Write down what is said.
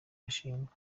yashingwa